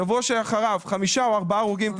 שבוע שאחריו חמישה או ארבעה הרוגים.